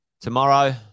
tomorrow